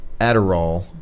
Adderall